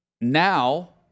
now